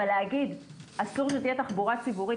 אבל להגיד שאסור שתהיה תחבורה ציבורית